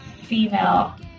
female